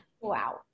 Wow